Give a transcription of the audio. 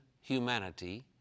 humanity